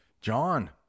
John